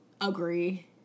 agree